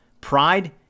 pride